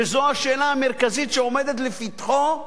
וזו השאלה המרכזית שעומדת לפתחו,